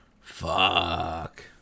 Fuck